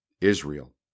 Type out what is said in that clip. Israel